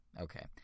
okay